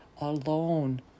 alone